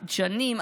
דשנים,